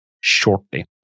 shortly